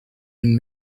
been